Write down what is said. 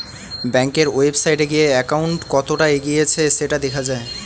ব্যাংকের ওয়েবসাইটে গিয়ে অ্যাকাউন্ট কতটা এগিয়েছে সেটা দেখা যায়